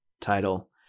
title